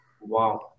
Wow